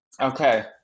Okay